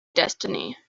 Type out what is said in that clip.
destiny